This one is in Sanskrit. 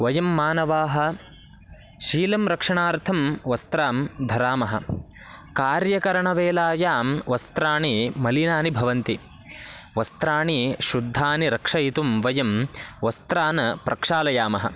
वयं मानवाः शीलं रक्षणार्थं वस्त्रं धरामः कार्यकरणवेलायां वस्त्राणि मलिनानि भवन्ति वस्त्राणि शुद्धानि रक्षयितुं वयं वस्त्रान् प्रक्षालयामः